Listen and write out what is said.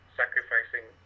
sacrificing